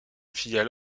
filiale